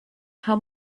how